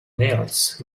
belts